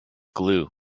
glue